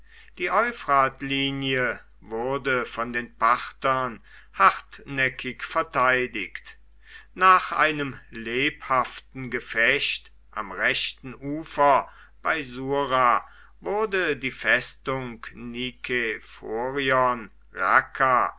die euphratlinie wurde von den parthern hartnäckig verteidigt nach einem lebhaften gefecht am rechten ufer bei sura wurde die festung nikephorion